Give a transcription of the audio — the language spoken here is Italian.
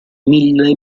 mille